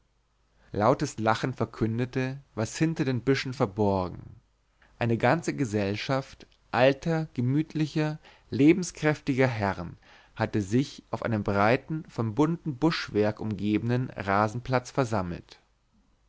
lautes lachen verkündete was hinter den büschen verborgen eine ganze gesellschaft alter gemütlicher lebenskräftiger herren hatte sich auf einem breiten von buntem buschwerk umgebenen rasenplatz versammelt